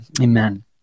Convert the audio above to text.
Amen